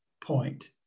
point